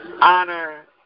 honor